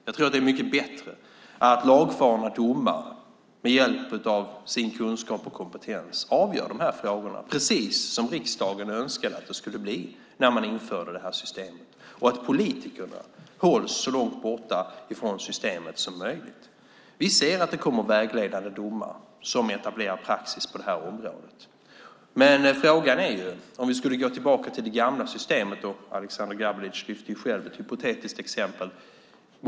Jag tror att det är mycket bättre att lagfarna domare med hjälp av sin kunskap och kompetens avgör de här frågorna, precis som riksdagen önskade att det skulle bli när man införde det här systemet, och att politikerna hålls så långt borta från systemet som möjligt. Vi ser att det kommer vägledande domar som etablerar praxis på det här området. Aleksander Gabelic lyfte fram ett hypotetiskt exempel.